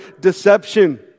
deception